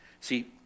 See